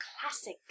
classic